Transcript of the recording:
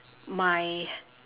my